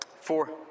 Four